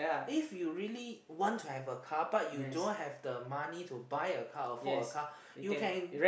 if you really want to have a car but you don't have the money to buy a car afford a car you can